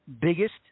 biggest